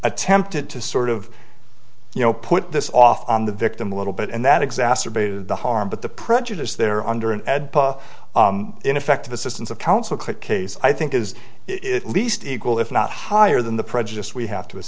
attempted to sort of you know put this off on the victim a little bit and that exacerbated the harm but the prejudice there under an ineffective assistance of counsel quick case i think is it at least equal if not higher than the prejudice we have to